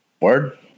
Word